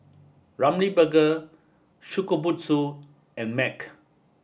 Ramly Burger Shokubutsu and MAG